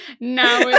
Now